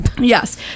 Yes